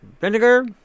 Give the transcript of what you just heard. Vinegar